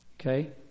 Okay